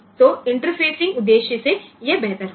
તેથી ઇન્ટરફેસિંગ હેતુ માટે આ વધુ સારું રહેશે